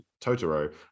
totoro